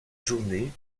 journée